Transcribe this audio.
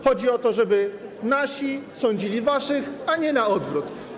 Chodzi o to, żeby nasi sądzili waszych, a nie na odwrót.